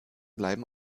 bleiben